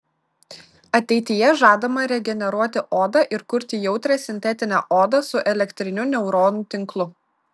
ateityje žadama regeneruoti odą ir kurti jautrią sintetinę odą su elektriniu neuronų tinklu